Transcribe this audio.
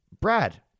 Brad